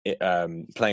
playing